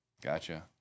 gotcha